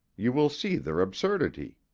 you will see their absurdity.